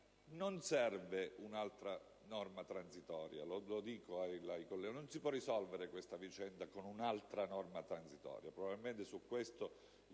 Non serve un'altra norma transitoria; non si può risolvere questa vicenda con un'altra norma transitoria.